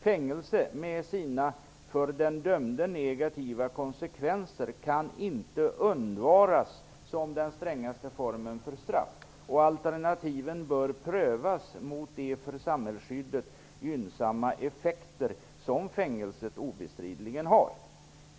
Fängelse, med sina för den dömde negativa konsekvenser, kan inte undvaras som den strängaste formen för straff, och alternativen bör prövas mot de för samhällsskyddet gynnsamma effekter som fängelset obestridligen har.